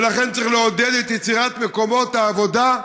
ולכן צריך לעודד את יצירת מקומות העבודה,